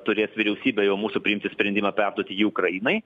turės vyriausybė jau mūsų priimti sprendimą perduoti ukrainai